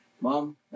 Mom